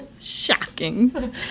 Shocking